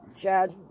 Chad